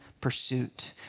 pursuit